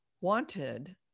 wanted